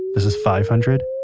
this is five hundred.